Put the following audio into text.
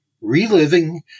Reliving